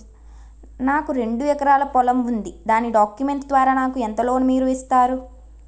నాకు రెండు ఎకరాల పొలం ఉంది దాని డాక్యుమెంట్స్ ద్వారా నాకు ఎంత లోన్ మీరు ఇస్తారు?